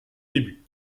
début